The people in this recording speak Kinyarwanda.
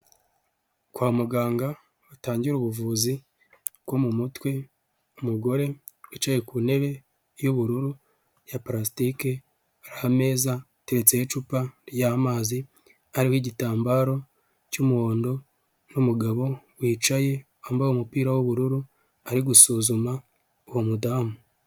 Kwa muganga batangira ubuvuzi bwo mu mutwe. Umugore wicaye ku ntebe y'ubururu ya palasitike, hari ameza ateretseho icupa ry'amazi, hariho igitambaro cy'umuhondo n'umugabo wicaye wambaye umupira wubururu ari gusuzuma uwo mudamu.